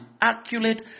accurate